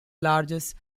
largest